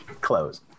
close